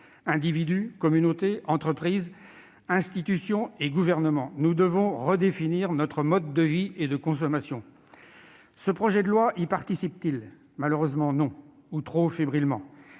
individus, communautés, entreprises, institutions et Gouvernement [...] Nous devons redéfinir notre mode de vie et de consommation ». Ce projet de loi y participe-t-il ? Malheureusement non, ou trop fébrilement.